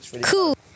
Cool